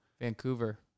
Vancouver